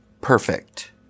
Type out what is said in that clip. perfect